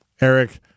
Eric